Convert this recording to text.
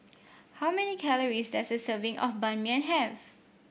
how many calories does a serving of Ban Mian have